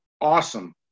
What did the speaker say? awesome